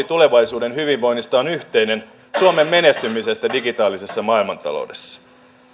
tulevaisuuden hyvinvoinnista on yhteinen suomen menestymisestä digitaalisessa maailmantaloudessa